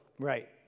Right